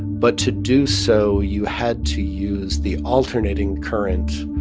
but to do so, you had to use the alternating current.